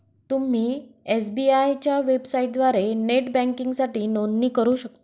तुम्ही एस.बी.आय च्या वेबसाइटद्वारे नेट बँकिंगसाठी नोंदणी करू शकता